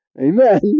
amen